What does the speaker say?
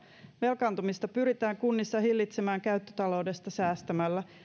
velkaantumista pyritään kunnissa hillitsemään käyttötaloudesta säästämällä